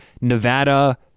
Nevada